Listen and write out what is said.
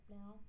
now